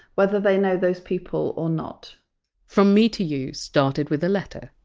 whether they know those people or not from me to you started with a letter.